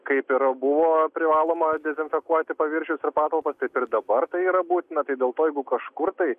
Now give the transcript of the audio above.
kaip ir buvo privaloma dezinfekuoti paviršius ir patalpas taip ir dabar tai yra būtina tai dėl to jeigu kažkur tai